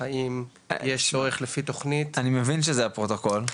האם יש צורך על פי תכנית --- אני מבין שזה הפרוטוקול,